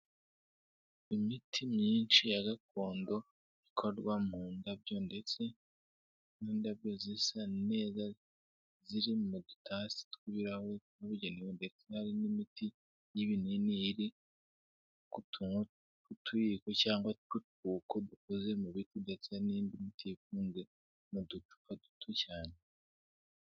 Imiti myinshi ya gakondo, ikorwa mu ndabyo ndetse n'indabyo zisa neza; ziri mu dutasi tw'ibirahure twabugenewe ndetse n'imiti y'ibinini iri ku tuntu tw'utuyiko cyangwa tw'utwuko dukoze mu biti, ndetse n'indi miti ifunzwe mu ducupa duto cyane.